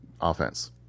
offense